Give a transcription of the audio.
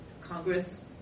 Congress